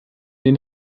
den